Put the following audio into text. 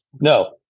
No